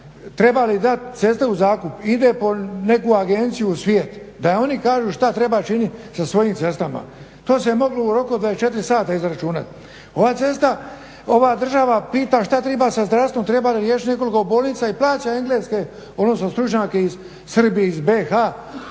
treba li dati ceste u zakup. Ide po neku agenciju u svijet, da oni kažu što treba činit sa svojim cestama. To se moglo u roku od 24 sata izračunat. Ova država pita šta treba sa zdravstvom, treba li riješit nekoliko bolnica i plaća, engleske odnosno stručnjake iz Srbije, iz BiH,